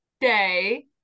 day